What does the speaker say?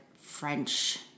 French